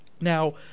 Now